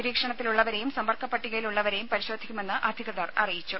നിരീക്ഷണത്തിലുള്ളവരേയും സമ്പർക്കപട്ടികയിൽ ഉള്ളവരെയും പരിശോധിക്കുമെന്ന് അധിക്വതർ പറഞ്ഞു